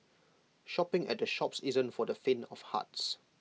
shopping at the Shoppes isn't for the faint of hearts